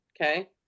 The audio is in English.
Okay